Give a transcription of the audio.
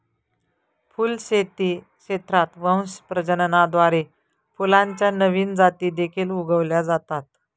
फुलशेती क्षेत्रात वंश प्रजननाद्वारे फुलांच्या नवीन जाती देखील उगवल्या जातात